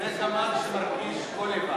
לא, זה גמד שמרגיש גוליבר.